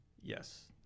Yes